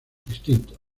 distintos